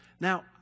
Now